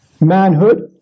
manhood